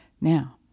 now